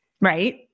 Right